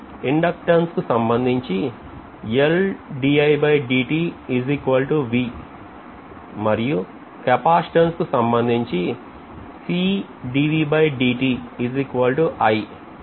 inductance కు సంబంధించి మరియు capacitance సంబంధించి అని రాయవచ్చు